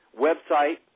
website